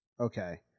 okay